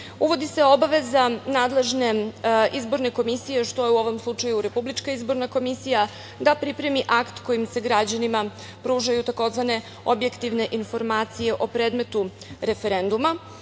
Uvodi se obaveza nadležne izborne komisije, što je u ovom slučaju RIK, da pripremi akt kojim se građanima pružaju tzv. „objektivne informacije“ o predmetu referenduma